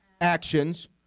actions